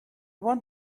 want